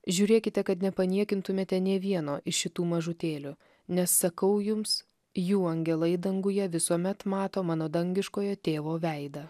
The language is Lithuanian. žiūrėkite kad nepaniekintumėte nė vieno iš šitų mažutėlių nes sakau jums jų angelai danguje visuomet mato mano dangiškojo tėvo veidą